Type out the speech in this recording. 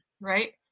right